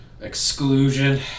Exclusion